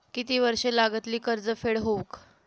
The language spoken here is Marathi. किती वर्षे लागतली कर्ज फेड होऊक?